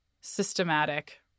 systematic